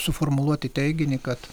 suformuluoti teiginį kad